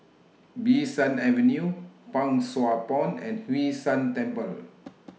Bee San Avenue Pang Sua Pond and Hwee San Temple